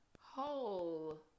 whole